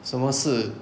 什么是